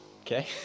Okay